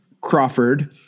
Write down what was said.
crawford